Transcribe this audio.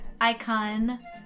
icon